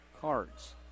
cards